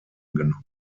genommen